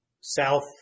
South